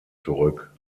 zurück